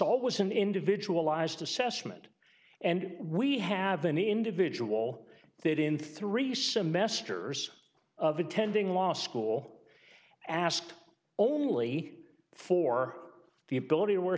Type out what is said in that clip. always an individual lies to sesame and we have an individual that in three semesters of attending law school asked only for the ability to wear